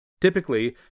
Typically